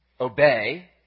obey